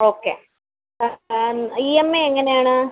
okay E M I എങ്ങനെയാണ്